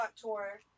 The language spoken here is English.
tour